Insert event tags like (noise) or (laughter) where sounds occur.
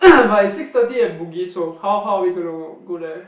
(noise) but is six thirty at Bugis oh how how are we gonna go there